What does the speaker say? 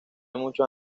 muchos